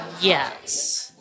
Yes